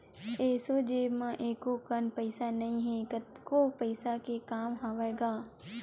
एसो जेब म एको कन पइसा नइ हे, कतको पइसा के काम हवय गा